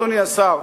אדוני השר,